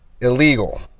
illegal